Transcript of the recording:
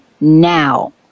now